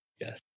yes